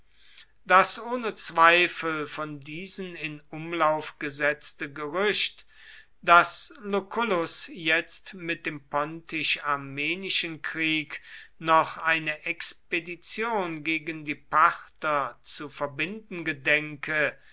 das ohne zweifel von diesen in umlauf gesetzte gerücht daß lucullus jetzt mit dem pontisch armenischen krieg noch eine expedition gegen die parther zu verbinden gedenke